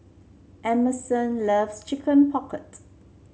Emerson loves Chicken Pocket